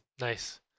Nice